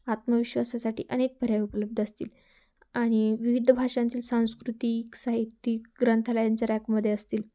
आत्मविश्वासासाठी अनेक पर्याय उपलब्ध असतील आणि विविध भाषांतील सांस्कृतिक साहित्यिक ग्रंथालयांचा रॅकमध्ये असतील